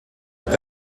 est